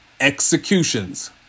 executions